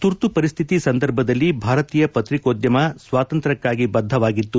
ತುರ್ತು ಪರಿಸ್ಥಿತಿ ಸಂದರ್ಭದಲ್ಲಿ ಭಾರತೀಯ ಪತ್ರಿಕೋದ್ಯಮ ಸ್ವಾತಂತ್ರ್ಯಕ್ಕಾಗಿ ಬದ್ಧವಾಗಿತ್ತು